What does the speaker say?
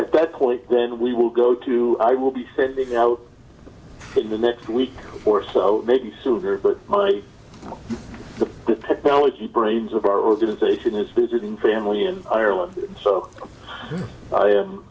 at that point then we will go to i will be sending out in the next week or so maybe sooner but the technology brains of our organization is visiting family in ireland so i